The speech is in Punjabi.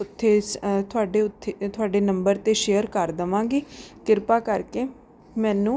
ਉੱਥੇ ਸ ਤੁਹਾਡੇ ਉੱਥੇ ਤੁਹਾਡੇ ਨੰਬਰ 'ਤੇ ਸ਼ੇਅਰ ਕਰ ਦਵਾਂਗੀ ਕਿਰਪਾ ਕਰਕੇ ਮੈਨੂੰ